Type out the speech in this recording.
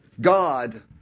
God